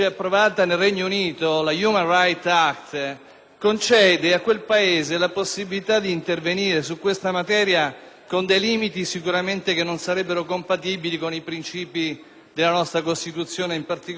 con dei limiti che sicuramente non sarebbero compatibili con i princìpi della nostra Costituzione, in particolare con l'articolo 13. Allora, il dilemma che dovremmo sciogliere in quest'Aula è il seguente: